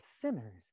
sinners